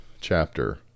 chapter